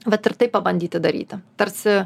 vat ir taip pabandyti daryti tarsi